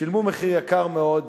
ושילמו מחיר יקר מאוד,